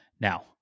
Now